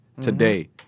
today